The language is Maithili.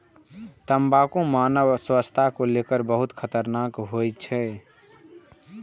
तंबाकू मानव स्वास्थ्य लेल बहुत खतरनाक होइ छै